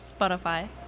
Spotify